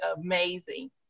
amazing